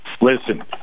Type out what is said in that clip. listen